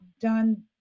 done